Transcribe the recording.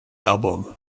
album